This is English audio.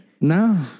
No